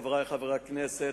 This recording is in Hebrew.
חברי חברי הכנסת,